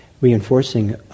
reinforcing